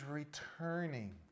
returning